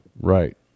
right